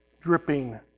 dripping